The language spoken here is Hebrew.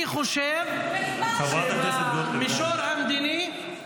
--- חברת הכנסת גוטליב.